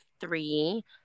three